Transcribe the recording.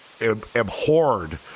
abhorred